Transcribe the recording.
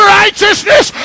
righteousness